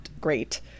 great